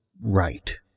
right